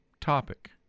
topic